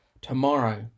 tomorrow